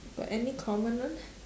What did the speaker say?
got any common one